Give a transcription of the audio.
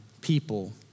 people